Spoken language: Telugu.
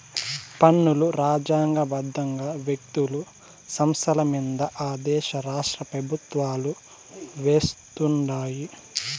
పన్నులు రాజ్యాంగ బద్దంగా వ్యక్తులు, సంస్థలమింద ఆ దేశ రాష్ట్రపెవుత్వాలు వేస్తుండాయి